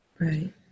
Right